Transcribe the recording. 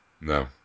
No